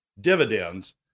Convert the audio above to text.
dividends